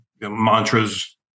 mantras